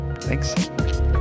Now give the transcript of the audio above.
Thanks